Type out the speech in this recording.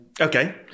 Okay